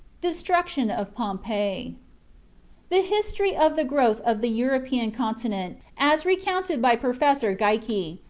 destruction of pompeii the history of the growth of the european continent, as recounted by professor geikie,